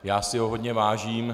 Já si ho hodně vážím.